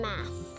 Math